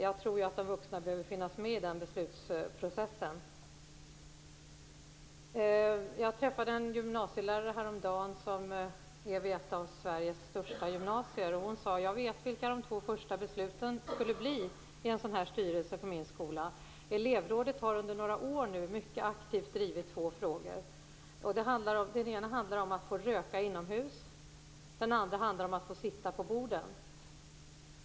Jag tror att de vuxna behöver finnas med i beslutsprocessen. Jag träffade en gymnasielärare vid ett av Sveriges största gymnasier häromdagen. Hon sade: Jag vet vilka de två första besluten skulle bli i en sådan här styrelse på min skola. Elevrådet har under några år nu mycket aktivt drivit två frågor. Den ena handlar om att få röka inomhus, den andra handlar om att få sitta på borden.